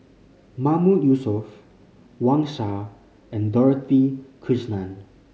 Mahmood Yusof Wang Sha and Dorothy Krishnan